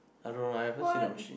I don't know I haven't seen the worksheet